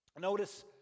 Notice